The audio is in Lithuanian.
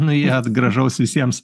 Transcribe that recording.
nuėjot gražaus visiems